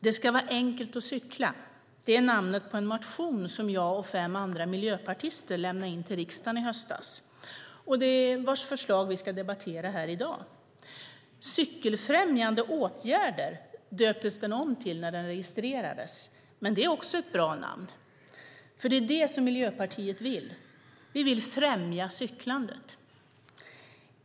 Det ska vara enkelt att cykla var namnet på den motion som jag och fem andra miljöpartister lämnade in till riksdagen i höstas och vars förslag vi ska debattera i dag. Cykelfrämjande åtgärder döptes den om till när den registrerades, och det är också ett bra namn. Främja cyklandet är nämligen just det Miljöpartiet vill.